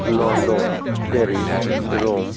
London Paris Rome